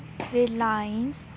reliance